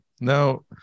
Now